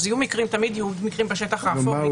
אז יהיו מקרים, תמיד יהיו מקרים בשטח האפור.